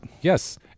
yes